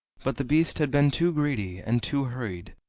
but the beast had been too greedy and too hurried,